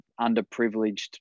underprivileged